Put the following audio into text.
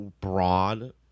broad